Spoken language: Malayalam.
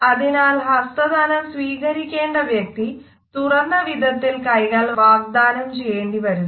അതിനാൽ ഹസ്തദാനം സ്വീകരിക്കേണ്ട വ്യക്തി തുറന്ന വിധത്തിൽ കൈകൾ വാഗ്ദാനം ചെയ്യേണ്ടി വരുന്നു